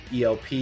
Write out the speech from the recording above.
ELP